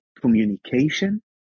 communication